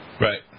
Right